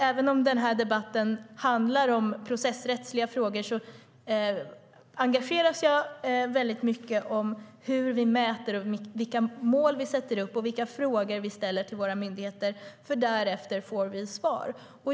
Även om den här debatten handlar om processrättsliga frågor engageras jag väldigt mycket av hur vi mäter och vilka mål vi sätter upp och vilka frågor vi ställer till våra myndigheter, för utefter detta får vi svar.